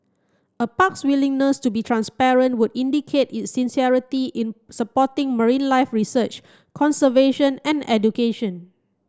a park's willingness to be transparent would indicate its sincerity in supporting marine life research conservation and education